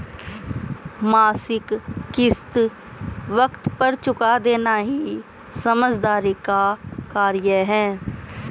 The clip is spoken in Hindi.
मासिक किश्त वक़्त पर चूका देना ही समझदारी का कार्य है